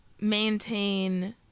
maintain